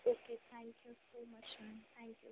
okay thank you so much ma'am you